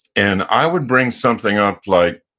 and i would bring something up like,